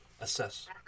assess